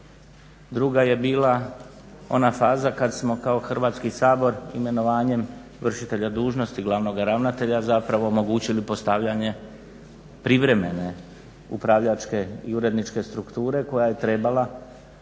druga je bila ona faza kad smo kao Hrvatski sabor imenovanjem vršitelja dužnosti glavnog ravnatelja zapravo omogućili postavljanje privremene upravljačke i uredničke strukture koja je trebala